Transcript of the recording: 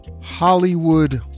Hollywood